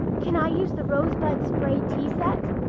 can i use the rosebud spray tea set?